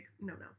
no-no